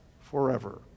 forever